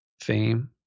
fame